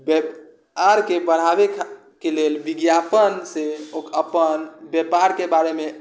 व्यापारके बढ़ाबैके लेल विज्ञापनसँ अपन व्यापारके बारेमे